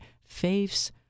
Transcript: faiths